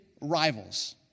rivals